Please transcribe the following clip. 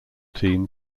team